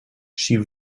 she